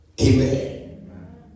Amen